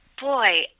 boy